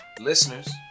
listeners